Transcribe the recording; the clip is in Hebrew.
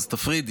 אז תפרידי.